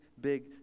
big